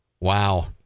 Wow